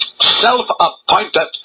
self-appointed